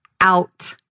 out